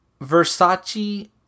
Versace